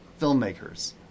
filmmakers